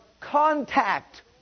contact